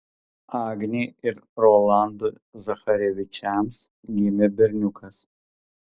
agnei ir rolandui zacharevičiams gimė berniukas